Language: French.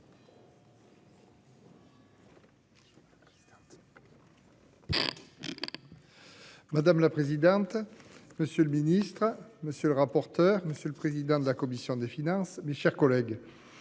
Madame la présidente. Monsieur le ministre, monsieur le rapporteur. Monsieur le président de la commission des finances. Mes chers collègues.